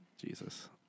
Jesus